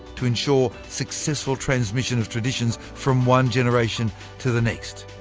to ensure successful transmission of traditions from one generation to the next.